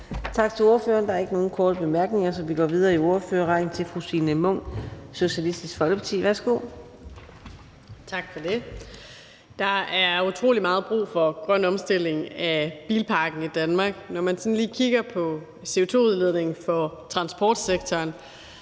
Tak til ordføreren. Der er ikke nogen korte bemærkninger, så vi går videre i ordførerrækken til fru Signe Munk, Socialistisk Folkeparti. Værsgo. Kl. 23:54 (Ordfører) Signe Munk (SF): Tak for det. Der er utrolig meget brug for grøn omstilling af bilparken i Danmark. Når man sådan lige kigger på CO2-udledningen fra transportsektoren,